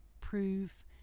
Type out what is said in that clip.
prove